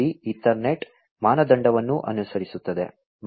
3 Ethernet ಮಾನದಂಡವನ್ನು ಅನುಸರಿಸುತ್ತದೆ